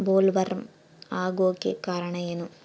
Bollworm ಆಗೋಕೆ ಕಾರಣ ಏನು?